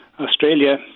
Australia